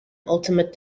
ultimate